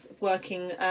working